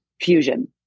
fusion